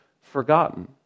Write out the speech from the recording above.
forgotten